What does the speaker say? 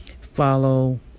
follow